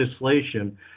legislation